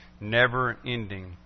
never-ending